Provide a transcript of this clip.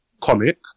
comic